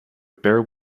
bare